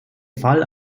fall